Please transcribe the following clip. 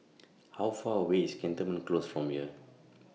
How Far away IS Cantonment Close from here